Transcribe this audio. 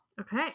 Okay